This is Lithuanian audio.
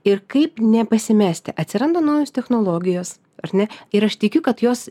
ir kaip nepasimesti atsiranda naujos technologijos ar ne ir aš tikiu kad jos